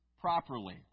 properly